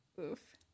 Oof